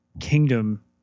kingdom